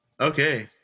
Okay